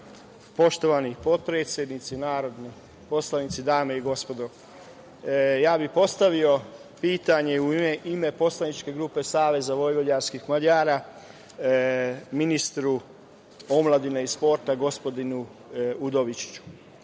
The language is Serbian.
poštovani potpredsednici, narodni poslanici, dame i gospodo, ja bih postavio pitanje u ime poslaničke grupe Saveza vojvođanskih Mađara ministru omladine i sporta gospodinu Udovičiću.